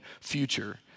future